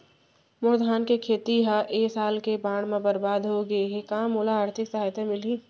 मोर धान के खेती ह ए साल के बाढ़ म बरबाद हो गे हे का मोला आर्थिक सहायता मिलही?